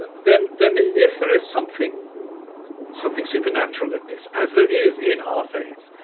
then then if there is something something supernatural in this as there is in our faith